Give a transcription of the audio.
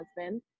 husband